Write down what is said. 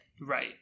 right